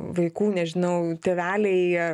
vaikų nežinau tėveliai